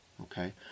okay